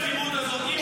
אתה,